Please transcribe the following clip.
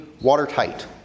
watertight